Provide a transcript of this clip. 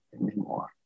anymore